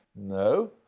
no.